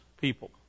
people